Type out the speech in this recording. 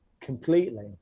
completely